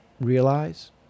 realize